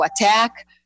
attack